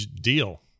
deal